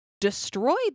destroyed